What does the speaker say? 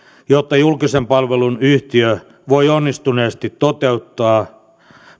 jotta julkisen palvelun yhtiö voi onnistuneesti toteuttaa